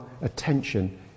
attention